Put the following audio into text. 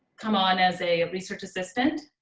come on as a research assistant.